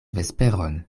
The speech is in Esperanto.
vesperon